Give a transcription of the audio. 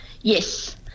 Yes